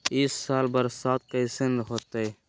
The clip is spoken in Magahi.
ई साल बरसात कैसन होतय?